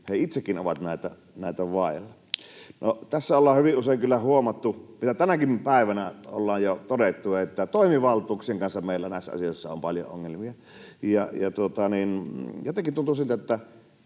he itsekin ovat näitä vailla. No, tässä ollaan hyvin usein kyllä huomattu se, mitä tänäkin päivänä ollaan jo todettu, että toimivaltuuksien kanssa meillä näissä asioissa on paljon ongelmia. Jotenkin tuntuu siltä, että